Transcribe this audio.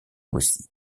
aussi